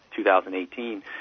2018